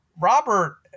robert